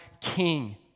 king